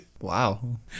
Wow